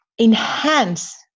enhance